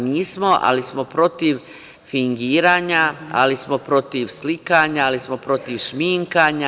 Nismo, ali smo protiv fingiranja, ali smo protiv slikanja, ali smo protiv šminkanja.